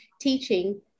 teaching